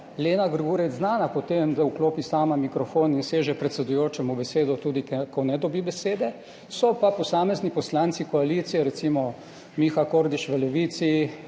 Lena Grgurevič znana po tem, da sama vklopi mikrofon in seže predsedujočemu v besedo, tudi ko ne dobi besede. So pa posamezni poslanci koalicije, recimo Miha Kordiš iz Levice,